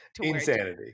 insanity